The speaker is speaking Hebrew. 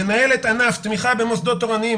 מנהלת ענף תמיכה במוסדות תורניים.